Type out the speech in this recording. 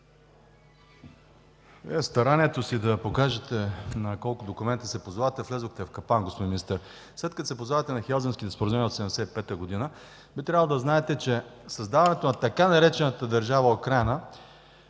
старанието си да покажете на колко документа се позовавате, влязохте в капан, господин Министър. След като се позовавате на Хелзинкските споразумения от 1975 г., би трябвало да знаете, че създаването на така наречената „държава Украйна”